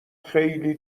خیلی